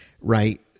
right